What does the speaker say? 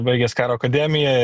baigęs karo akademiją